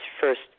First